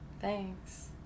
Thanks